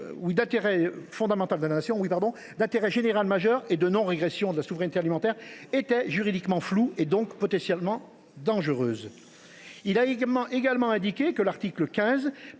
d’intérêt général majeur et de non régression de la souveraineté alimentaire étaient juridiquement floues et donc potentiellement dangereuses. Il a également indiqué que l’article 15